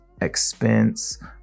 expense